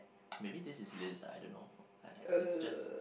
maybe this is Liz I I don't know it's just